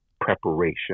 preparation